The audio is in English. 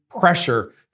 pressure